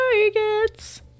Targets